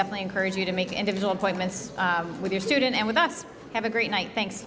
definitely encourage you to make individual appointments with your student and with us have a great night thanks